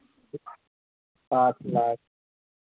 सात लाख